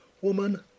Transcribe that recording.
Woman